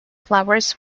flowers